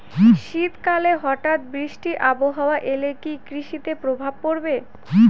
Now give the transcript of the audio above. শীত কালে হঠাৎ বৃষ্টি আবহাওয়া এলে কি কৃষি তে প্রভাব পড়বে?